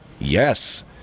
Yes